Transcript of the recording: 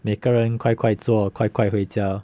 每个人快快做快快回家